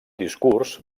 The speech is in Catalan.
discurs